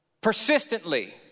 persistently